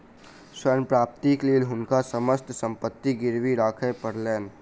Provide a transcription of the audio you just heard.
ऋण प्राप्तिक लेल हुनका समस्त संपत्ति गिरवी राखय पड़लैन